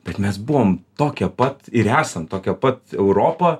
bet mes buvom tokia pat ir esam tokia pat europa